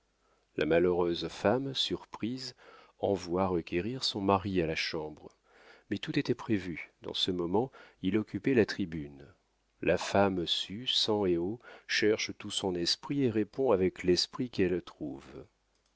la malheureuse femme surprise envoie requérir son mari à la chambre mais tout était prévu dans ce moment il occupait la tribune la femme sue sang et eau cherche tout son esprit et répond avec l'esprit qu'elle trouve